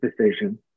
decision